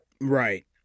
right